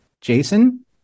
Jason